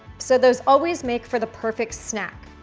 so those always make for the perfect snack.